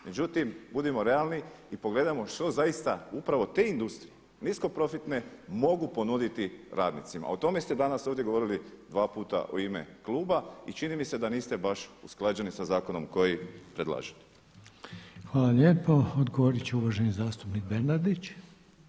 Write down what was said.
Međutim, budimo realni i pogledajmo što zaista upravo te industrije nisko profitne mogu ponuditi radnicima, a o tome ste danas ovdje govorili dva puta u ime kluba i čini mi se da niste baš usklađeni sa zakonom koji predlažete.